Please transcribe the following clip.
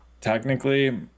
technically